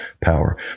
Power